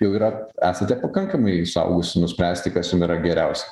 jau yra esate pakankamai suaugusi nuspręsti kas jum yra geriausia